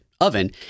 oven